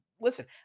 listen